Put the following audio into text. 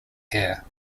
here